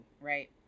Right